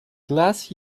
glass